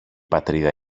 πατρίδα